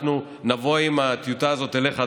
אנחנו נבוא עם הטיוטה הזאת אליך,